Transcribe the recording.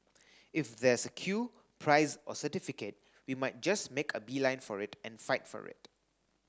if there's a queue prize or certificate we might just make a beeline for it and fight for it